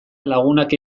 lagunak